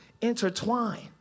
intertwine